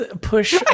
push